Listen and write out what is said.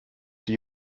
die